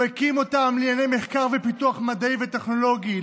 הוא הקים אותן לענייני מחקר ופיתוח מדעי וטכנולוגי,